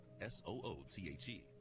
S-O-O-T-H-E